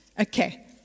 Okay